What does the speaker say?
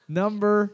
number